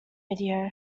video